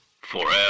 Forever